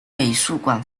美术馆